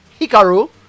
Hikaru